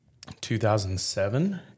2007